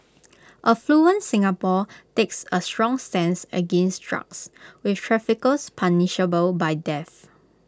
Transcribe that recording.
affluent Singapore takes A strong stance against drugs with traffickers punishable by death